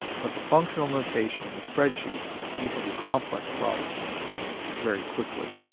but the functional notation and the spreadsheets, you can do complex problems very quickly.